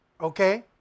Okay